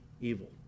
evil